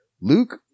Luke